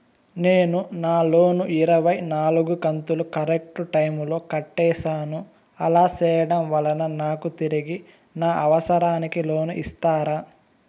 నేను నా లోను ఇరవై నాలుగు కంతులు కరెక్టు టైము లో కట్టేసాను, అలా సేయడం వలన నాకు తిరిగి నా అవసరానికి లోను ఇస్తారా?